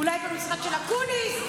אולי במשרד של אקוניס,